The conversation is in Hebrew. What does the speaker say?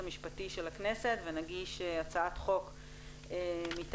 המשפטי של הכנסת ונגיש הצעת חוק מטעמנו,